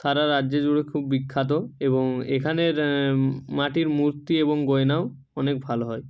সারা রাজ্যে জুড়ে খুব বিখ্যাত এবং এখানের মাটির মূর্তি এবং গয়নাও অনেক ভালো হয়